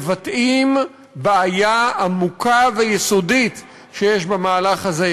מבטאים בעיה עמוקה ויסודית שיש במהלך הזה,